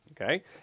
Okay